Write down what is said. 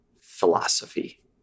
philosophy